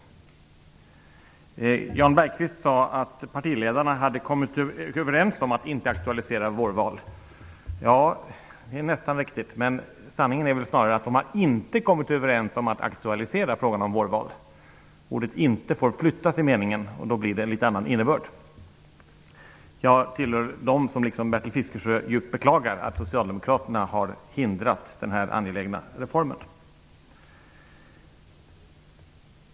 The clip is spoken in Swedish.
Jan Bergqvist sade att partiledarna hade kommit överens om att inte aktualisera frågan om vårval. Det är nästan riktigt, men sanningen är att de inte har kommit överens om att aktualisera frågan om vårval. Ordet inte skall flyttas i meningen. Då blir det en något annan innebörd. Jag tillhör dem som liksom Bertil Fiskesjö djupt beklagar att Socialdemokraterna har förhindrat denna angelägna reform.